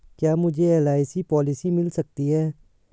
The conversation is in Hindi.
क्या मुझे एल.आई.सी पॉलिसी मिल सकती है?